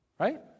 Right